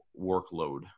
workload